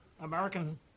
American